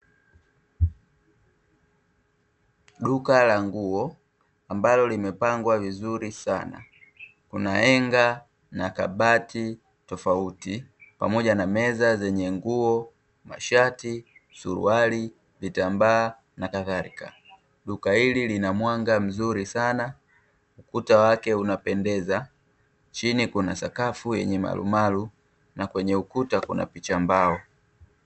Duka la nguo ambalo limepangwa vizuri sana, kuna enga na kabati tofauti pamoja na meza zenye nguo, mashati, suruali, vitambaa na kadhalika; duka hili lina mwanga mzuri sana, ukuta wake unapendeza, chini kuna sakafu yenye marumaru, na kwenye ukuta kuna picha za mbao.